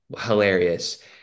hilarious